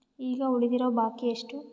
ಈಗ ಉಳಿದಿರೋ ಬಾಕಿ ಎಷ್ಟು?